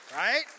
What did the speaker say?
Right